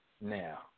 now